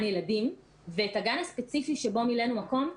ילדים ואת הגן הספציפי שבו מילאנו מקום,